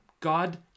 God